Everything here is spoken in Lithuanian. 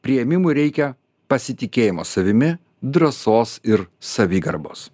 priėmimui reikia pasitikėjimo savimi drąsos ir savigarbos